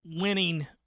winning